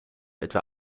etwa